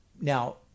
now